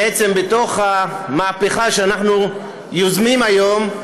בתוך המהפכה שאנחנו יוזמים היום,